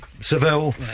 Seville